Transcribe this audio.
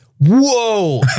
whoa